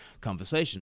conversation